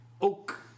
oak